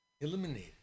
eliminated